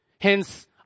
Hence